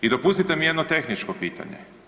I dopustite mi jedno tehničko pitanje.